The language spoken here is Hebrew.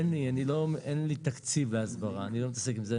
אין לי תקציב להסברה, אני לא מתעסק עם זה.